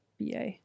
BA